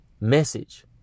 message